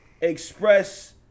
express